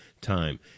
time